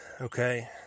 okay